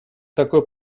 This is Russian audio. такой